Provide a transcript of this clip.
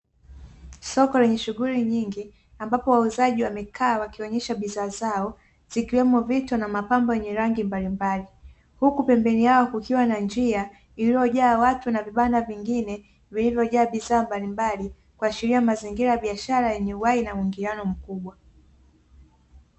Soko lenye shughuli nyingi ambapo wauzaji wamekaa wakionyesha bidhaa zao, vikiwemo mito na mapambo mbalimbali huku pembeni yao kukiwa na njia ambayo imekaa watu na vibanda vingine, vilivyo jaa bidhaa mbalimbali kuashiria mazingira ya biashara yenye uhai na muingiliano mkubwa.